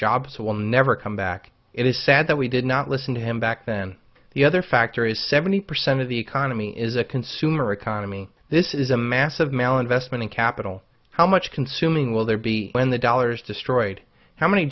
jobs will never come back it is sad that we did not listen to him back then the other factor is seventy percent of the economy is a consumer economy this is a massive mal investment capital how much consuming will there be when the dollars destroyed how many